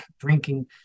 drinking